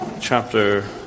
chapter